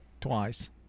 twice